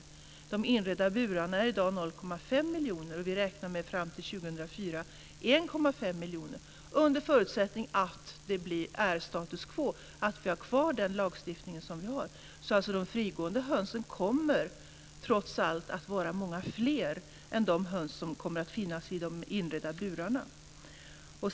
Antalet inredda burar är i dag 0,5 miljoner, och fram till år 2004 räknar vi med 1,5 miljoner - under förutsättning att det är status quo, att vi har kvar den lagstiftning som vi nu har. Frigående höns kommer alltså trots allt att vara långt fler än de höns som kommer att finnas i inredda burar.